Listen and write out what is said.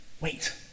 Wait